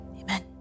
amen